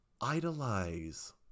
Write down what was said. idolize